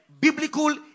biblical